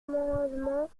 amendement